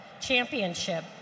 championship